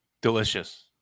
Delicious